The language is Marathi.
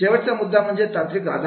शेवटचा मुद्दा म्हणजे तांत्रिक आधार